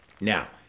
Now